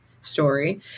story